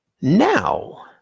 now